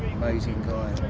amazing guy.